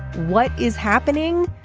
what is happening.